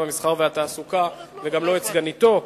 המסחר והתעסוקה וגם לא את סגניתו.